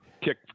kick